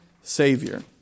Savior